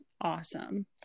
awesome